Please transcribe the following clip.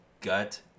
gut